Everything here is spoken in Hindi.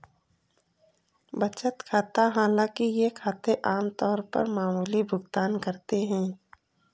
बचत खाता हालांकि ये खाते आम तौर पर मामूली भुगतान करते है